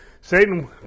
Satan